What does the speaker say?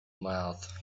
mouth